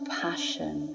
passion